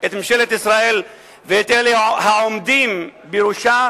את ממשלת ישראל ואת העומדים בראשה.